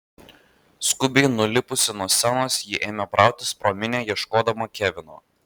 skubiai nulipusi nuo scenos ji ėmė brautis pro minią ieškodama kevino